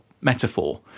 metaphor